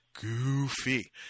goofy